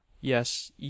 yes